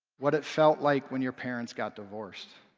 what it felt like when your parents got divorced